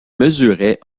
mesurait